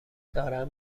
دارم